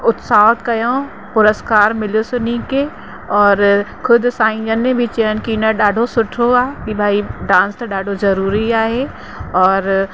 उत्साह कयऊं पुरस्कार मिलियुसि उन्हीअ खे और ख़ुशि साईंजनि बि चइनि कि न ॾाढो सुठो आहे कि भई डांस त ॾाढो ज़रूरी आहे और